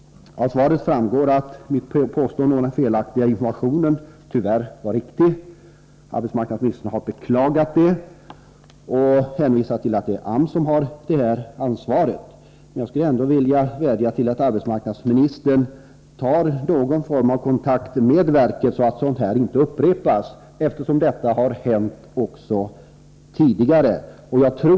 Av svaret framgår att mitt påstående om en felaktig information tyvärr var riktigt. Arbetsmarknadsministern har beklagat den och hänvisar till att AMS har ansvaret. Jag skulle ändå vilja vädja till arbetsmarknadsministern att ta någon form av kontakt med verket så att sådant här inte upprepas. Det har ju hänt också tidigare.